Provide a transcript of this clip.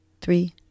three